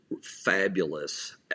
fabulous